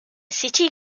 city